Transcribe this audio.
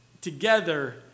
together